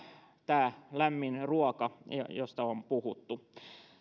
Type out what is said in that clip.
tämä lämmin ruoka josta on puhuttu